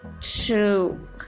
True